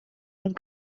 and